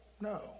No